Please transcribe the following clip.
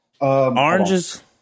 Oranges